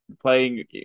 Playing